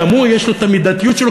גם הוא יש לו המידתיות שלו,